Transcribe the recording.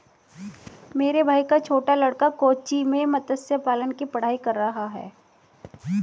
मेरे भाई का छोटा लड़का कोच्चि में मत्स्य पालन की पढ़ाई कर रहा है